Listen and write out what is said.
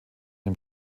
dem